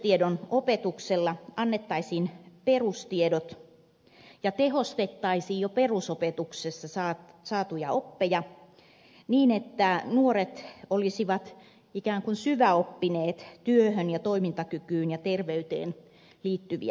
terveystiedon opetuksella annettaisiin perustiedot ja tehostettaisiin jo perusopetuksessa saatuja oppeja niin että nuoret olisivat ikään kuin syväoppineet työhön ja toimintakykyyn ja terveyteen liittyviä asioita